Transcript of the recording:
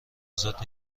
ازاد